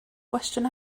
gwestiwn